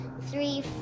three